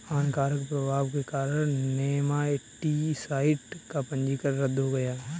हानिकारक प्रभाव के कारण नेमाटीसाइड का पंजीकरण रद्द हो गया